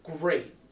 great